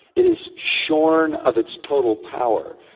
it is shorn of its total power.